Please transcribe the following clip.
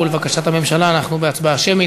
ולבקשת הממשלה אנחנו בהצבעה שמית.